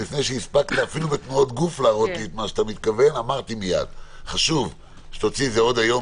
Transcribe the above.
חשוב שתוציא את זה עוד היום.